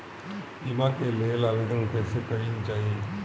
बीमा के लेल आवेदन कैसे कयील जाइ?